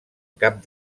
cap